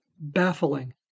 baffling